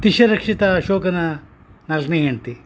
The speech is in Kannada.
ತಿಶರಕ್ಷಿತ ಅಶೋಕನ ನಾಲ್ಕನೇ ಹೆಂಡ್ತಿ